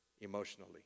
emotionally